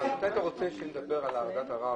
אבל מתי אתה רוצה שנדבר על ועדת הערר?